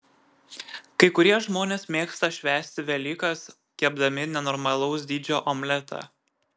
kai kurie žmonės mėgsta švęsti velykas kepdami nenormalaus dydžio omletą